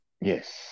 Yes